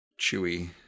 chewy